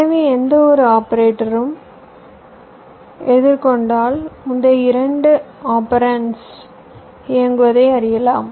எனவே எந்தவொரு ஆபரேட்டரும் எதிர்கொண்டால் முந்தைய 2 அப்பேரன்ஸ் இயங்குவதை அறியலாம்